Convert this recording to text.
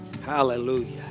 Hallelujah